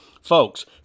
Folks